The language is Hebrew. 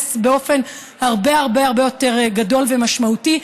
באופן הרבה הרבה הרבה יותר גדול ומשמעותי,